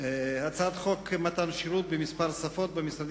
הצעת חוק מתן שירות במספר שפות במשרדים